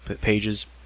pages